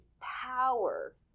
power